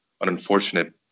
unfortunate